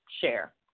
share